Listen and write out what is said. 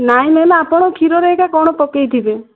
ନାଇଁ ମାନେ ଆପଣ କ୍ଷୀରରେ ଏଇଟା କଣ ପକେଇଥିବେ